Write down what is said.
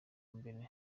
mbere